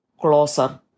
closer